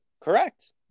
Correct